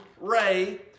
Ray